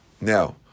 Now